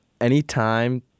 anytime